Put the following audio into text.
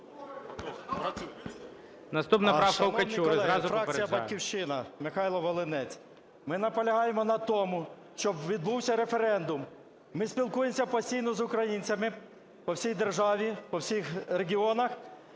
Наступна правка Качури, зразу попереджаю.